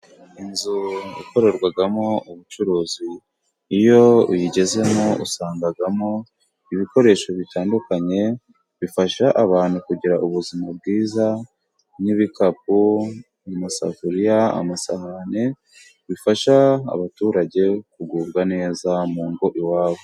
Inzu ikorerwamo ubucuruzi iyo uyigezemo usangamo ibikoresho bitandukanye bifasha abantu. kugira ubuzima bwiza, nk'ibikapu, amasafuriya, amasahani bifasha abaturage kugubwa neza mu ngo iwabo.